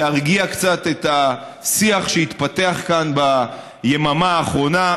להרגיע קצת את השיח שהתפתח כאן ביממה האחרונה.